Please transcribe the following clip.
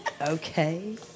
Okay